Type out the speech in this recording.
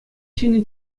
ҫӗнӗ